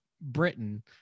Britain